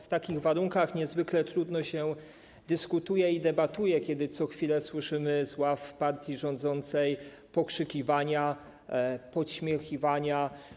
W takich warunkach niezwykle trudno się dyskutuje i debatuje, kiedy co chwilę słyszymy z ław partii rządzącej pokrzykiwania, podśmiechiwanie.